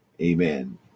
amen